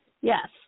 yes